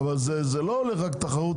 אבל זה לא הולך רק תחרות,